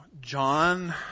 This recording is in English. John